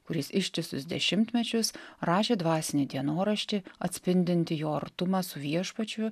kuris ištisus dešimtmečius rašė dvasinį dienoraštį atspindintį jo artumą su viešpačiu